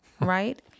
right